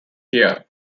here